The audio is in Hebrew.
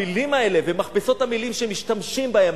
המלים האלה ומכבסות המלים שמשתמשים בהן,